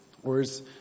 Whereas